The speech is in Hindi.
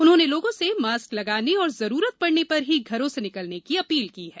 उन्होंने लोगों से मास्क लगाने और जरूरत पड़ने पर ही घरों से निकलने की अपील की है